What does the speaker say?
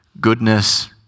goodness